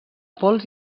pols